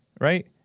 right